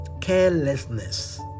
Carelessness